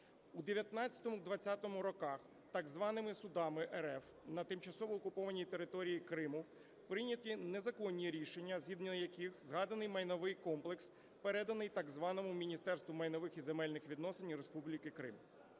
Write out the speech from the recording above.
У 2019-2020 роках так званими судами РФ на тимчасово окупованій території Криму прийняті незаконні рішення, згідно яких згаданий майновий комплекс переданий так званому Міністерству майнових і земельних відносин Республіки Крим.